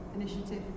Initiative